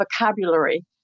vocabulary